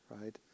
right